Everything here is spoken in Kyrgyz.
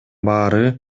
баары